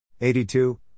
82